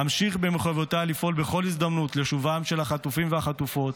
אמשיך במחויבויותיי לפעול בכל הזדמנות לשובם של החטופים והחטופות,